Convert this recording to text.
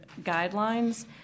guidelines